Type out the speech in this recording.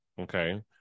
Okay